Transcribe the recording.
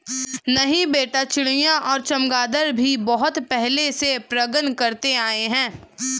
नहीं बेटे चिड़िया और चमगादर भी बहुत पहले से परागण करते आए हैं